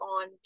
on